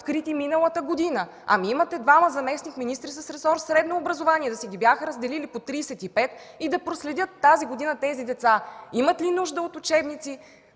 Имате двама заместник-министри с ресор „Средно образование”. Да си бяха разделили по 35 и да проследят тази година тези деца имат ли нужда от учебници,